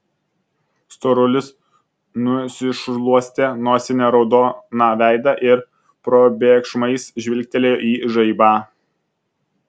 storulis nusišluostė nosine raudoną veidą ir probėgšmais žvilgtelėjo į žaibą